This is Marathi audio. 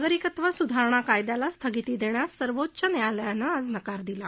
नागरिकत्व सुधारणा कायद्याला स्थगिती देण्यास सर्वोच्च न्यायालयानं आज नकार दिला